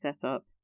setup